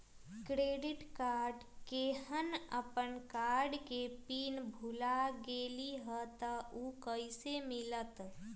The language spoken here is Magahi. क्रेडिट कार्ड केहन अपन कार्ड के पिन भुला गेलि ह त उ कईसे मिलत?